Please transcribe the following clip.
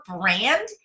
brand